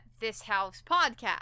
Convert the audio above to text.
ThisHousePodcast